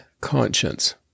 conscience